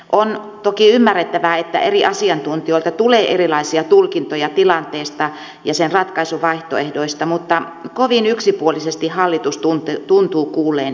on toki ymmärrettävää että eri asiantuntijoilta tulee erilaisia tulkintoja tilanteesta ja sen ratkaisuvaihtoehdoista mutta kovin yksipuolisesti hallitus tuntuu kuulleen eri tahoja